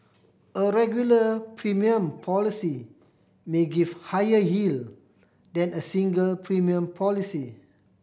a regular premium policy may give higher yield than a single premium policy